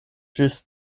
ĝis